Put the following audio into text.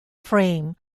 frame